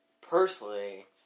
personally